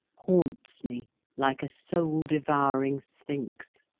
haunts me like a soul-devouring sphinx.